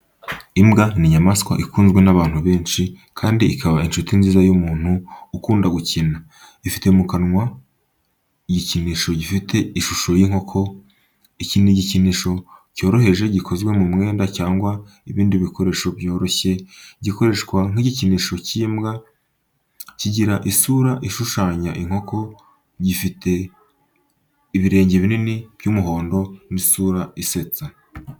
Imbwa ni inyamaswa ikunzwe n’abantu benshi kandi ikaba inshuti nziza y’umuntu ukunda gukina. Ifite mu kanwa igikinisho gifite ishusho y’inkoko, iki ni igikinisho cyoroheje gikozwe mu mwenda cyangwa ibindi bikoresho byoroshye, gikoreshwa nk’igikinisho cy’imbwa. Kigira isura ishushanya inkoko, gifite ibirenge binini by’umuhondo n’isura isetsa.